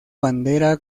bandera